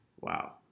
Wow